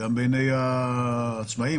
גם בעיניי העצמאים,